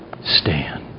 stand